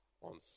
on